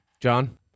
John